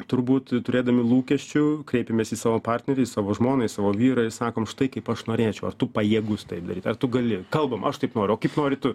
turbūt turėdami lūkesčių kreipiamės į savo partnerį į savo žmoną į savo vyrą ir sakom štai kaip aš norėčiau ar tu pajėgus taip daryt ar tu gali kalbam aš taip noriu o kaip nori tu